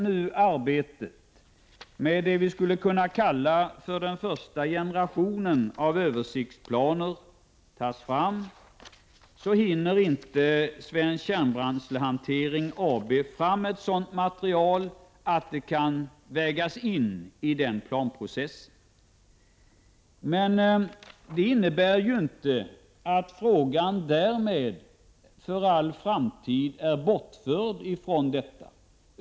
När arbetet med det som man skulle kunna kalla för den första generationen av översiktsplaner nu görs hinner Svensk Kärnbränslehantering AB inte ta fram ett material som kan vägas in i den planprocessen. Men det innebär inte att frågan därmed för all framtid är bortförd från detta.